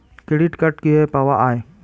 Credit card কিভাবে পাওয়া য়ায়?